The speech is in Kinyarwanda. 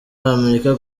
amerika